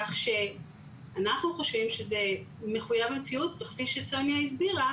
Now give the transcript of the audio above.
כך שאנחנו חושבים שזה מחויב מציאות וכפי שסוניה הסבירה,